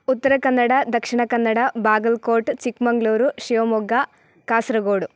Uttara Kannada Dakshina Kannada Bagalkot Chikmagalur Shivamogga Kasaragod